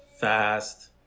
fast